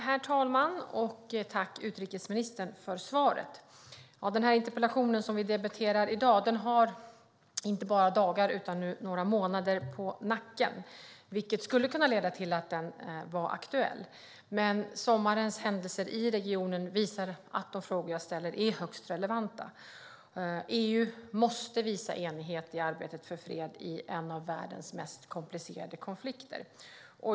Herr talman! Tack, utrikesministern, för svaret! Den interpellation som vi debatterar nu har inte bara dagar utan några månader på nacken, vilket skulle ha kunnat innebära att den var inaktuell. Men sommarens händelser i regionen visar att de frågor jag ställer är högst relevanta. EU måste visa enighet i arbetet för fred i en av världens mest komplicerade konflikter.